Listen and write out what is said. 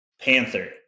panther